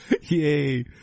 Yay